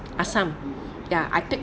asam ya I take